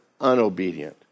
unobedient